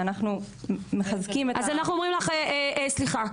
ואנחנו מחזקים את --- סליחה,